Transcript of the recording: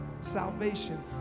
salvation